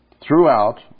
throughout